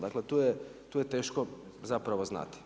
Dakle tu je teško zapravo znati.